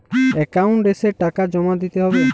Account এসে টাকা জমা দিতে হবে?